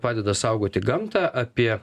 padeda saugoti gamtą apie